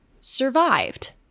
survived